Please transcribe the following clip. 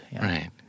Right